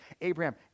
Abraham